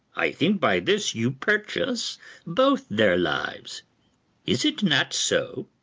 i think by this you purchase both their lives is it not so?